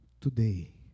Today